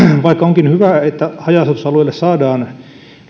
vaikka onkin hyvä että haja asutusalueille saadaan